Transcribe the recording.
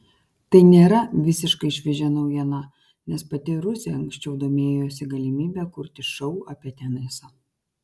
tai nėra visiškai šviežia naujiena nes pati rusė anksčiau domėjosi galimybe kurti šou apie tenisą